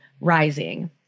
rising